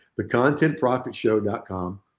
thecontentprofitshow.com